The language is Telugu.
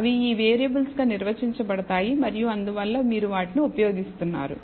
అవి ఈ వేరియబుల్స్గా నిర్వచించబడతాయి మరియు అందువల్ల మీరు వాటిని ఉపయోగిస్తున్నారు